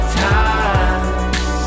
times